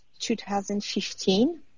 2015